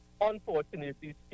unfortunately